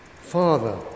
Father